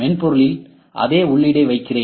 மென்பொருளில் அதே உள்ளீட்டை வைக்கிறேன்